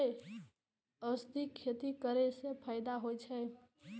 औषधि खेती करे स फायदा होय अछि?